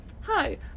Hi